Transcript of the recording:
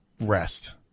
rest